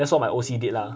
that's what my O_C did lah